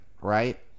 right